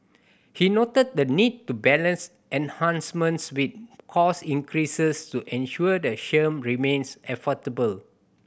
he noted the need to balance enhancements with cost increases to ensure the scheme remains affordable